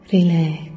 Relax